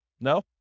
No